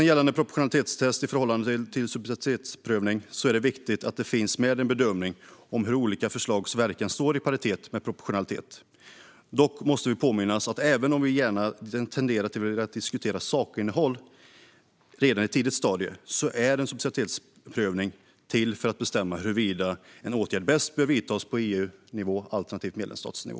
Gällande proportionalitetstest i förhållande till subsidiaritetsprövning är det viktigt att det finns med en bedömning av hur olika förslags verkan står i paritet med proportionalitet. Dock måste vi påminna oss om att även om vi gärna tenderar att diskutera sakinnehåll redan på ett tidigt stadium är subsidiaritetsprövning till för att bestämma huruvida en åtgärd vidtas bäst på EU-nivå eller på medlemsstatsnivå.